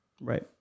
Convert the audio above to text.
Right